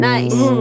Nice